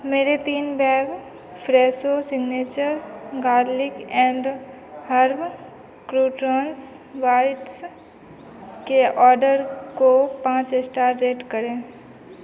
मेरे तीन bag Fresho signature garlic and herb croutons bites के ऑर्डर को पाँच स्टार रेट करें